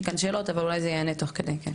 כאן כמה שאלות אבל אולי הן ייענו תוך כדי.